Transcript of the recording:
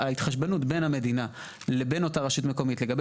ההתחשבנות בין המדינה לבין אותה רשות מקומית לגבי